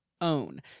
own